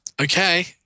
okay